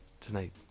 Tonight